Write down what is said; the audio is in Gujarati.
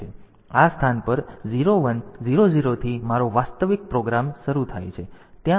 તેથી આ સ્થાન પર 0100 થી મારો વાસ્તવિક પ્રોગ્રામ શરૂ થાય છે